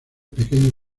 pequeño